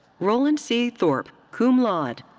roland c. thorpe, cum laude.